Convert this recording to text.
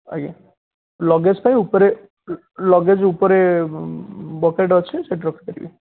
ଆଜ୍ଞା ଲଗେଜ୍ ପାଇଁ ଉପରେ ଲଗେଜ୍ ଉପରେ ବକେଟ୍ ଅଛି ସେଇଠି ରଖିପାରିବେ